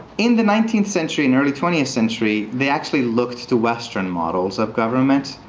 in the nineteenth century and early twentieth century, they actually look to western models of government,